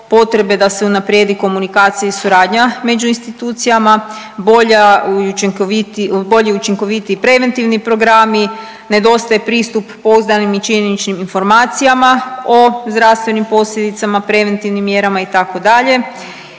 potrebe da se unaprijedi komunikacija i suradnja među institucijama, bolja i .../nerazumljivo/... bolji i učinkovitiji preventivni programi, nedostaje pristup pouzdanim i činjeničnim informacijama o zdravstvenim posljedicama, preventivnim mjerama, itd.,